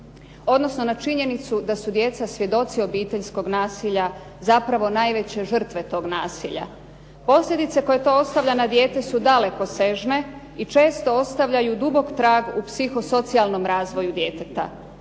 odnosno na činjenicu da su djeca svjedoci obiteljskog nasilja zapravo najveće žrtve toga nasilja. Posljedice koje to ostavlja na dijete su dalekosežne i često ostavljaju dubok trag u psihosocijalnom razvoju djeteta.